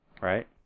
Right